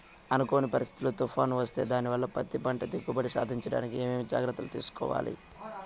అనుకోని పరిస్థితుల్లో తుఫాను వస్తే దానివల్ల పత్తి పంట దిగుబడి సాధించడానికి ఏమేమి జాగ్రత్తలు తీసుకోవాలి?